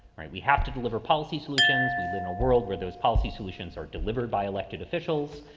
right? we have to deliver policy solutions. we live in a world where those policies, solutions are delivered by elected officials.